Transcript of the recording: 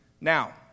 Now